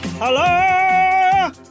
Hello